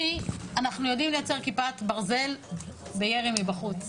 אנחנו יודעים לייצר כיפת ברזל בירי מבחוץ,